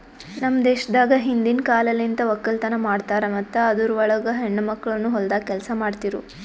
ನಮ್ ದೇಶದಾಗ್ ಹಿಂದಿನ್ ಕಾಲಲಿಂತ್ ಒಕ್ಕಲತನ ಮಾಡ್ತಾರ್ ಮತ್ತ ಅದುರ್ ಒಳಗ ಹೆಣ್ಣ ಮಕ್ಕಳನು ಹೊಲ್ದಾಗ್ ಕೆಲಸ ಮಾಡ್ತಿರೂ